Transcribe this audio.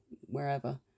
wherever